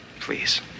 Please